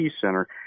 Center